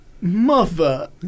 Mother